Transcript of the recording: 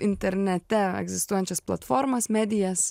internete egzistuojančias platformas medijas